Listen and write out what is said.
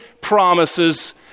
promises